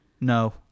No